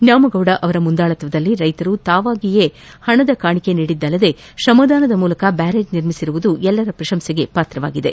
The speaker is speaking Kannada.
ನ್ಯಾಮಗೌಡ ಅವರ ಮುಂದಾಳತ್ತದಲ್ಲಿ ರೈತರು ತಾವಾಗಿಯೇ ಪಣದ ಕಾಣಿಕೆ ನೀಡಿದ್ದಲ್ಲದೆ ತ್ರಮದಾನದ ಮೂಲಕ ಬ್ಲಾರೇಜ್ ನಿರ್ಮಿಸಿರುವುದು ಎಲ್ಲರ ಪ್ರಶಂಸೆಗೆ ಪಾತ್ರವಾಗಿದೆ